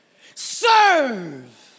Serve